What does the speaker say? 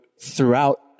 throughout